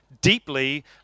deeply